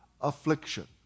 affliction